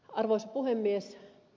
arvoisa puhemies